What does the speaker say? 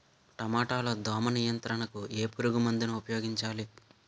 టమాటా లో దోమ నియంత్రణకు ఏ పురుగుమందును ఉపయోగించాలి?